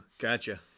Gotcha